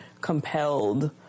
compelled